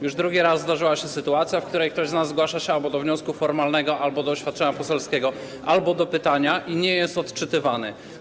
Już drugi raz zdarzyła się sytuacja, w której ktoś z nas zgłasza się albo do wniosku formalnego, albo do oświadczenia poselskiego, albo do pytania i nie jest wyczytywany.